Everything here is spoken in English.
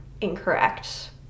incorrect